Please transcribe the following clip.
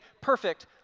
perfect